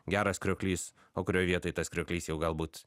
geras krioklys o kurioj vietoj tas krioklys jau galbūt